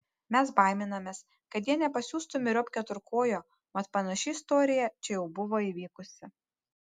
mes baiminamės kad jie nepasiųstų myriop keturkojo mat panaši istorija čia jau buvo įvykusi